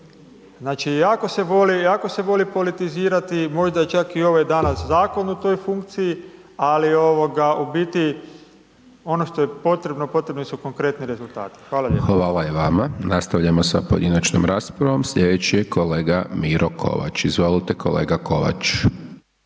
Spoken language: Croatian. Znači, jako se voli politizirati i možda je čak i ovaj danas zakon u toj funkciji, ali u biti ono što je potrebno, potrebni su konkretni rezultati. Hvala lijepo.